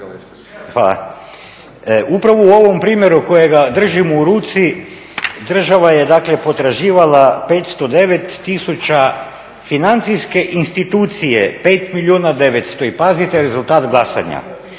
Hvala. Upravo u ovom primjeru kojega držim u ruci država je dakle potraživala 509 000, financijske institucije 5 milijuna i 900 i pazite rezultat glasanja.